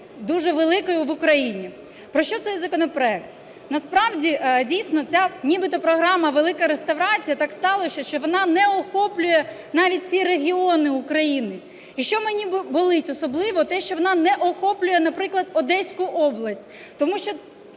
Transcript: дуже великою в Україні. Про що цей законопроект? Насправді дійсно ця нібито програма "Велика реставрація", так сталося, що вона не охоплює навіть ці регіони України. І що мені болить особливо, те, що вона не охоплює, наприклад, Одеську область, тому що